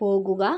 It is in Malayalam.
പോകുക